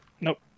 Nope